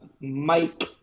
mike